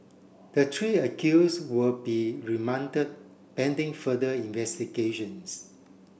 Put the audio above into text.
the three accuse will be remanded pending further investigations